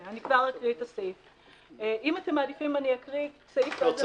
אם אתם מעדיפים אקריא את הסעיף ואז אסביר את התיקון.